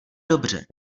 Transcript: dobře